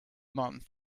month